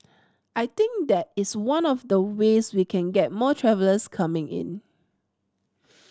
I think that is one of the ways we can get more travellers coming in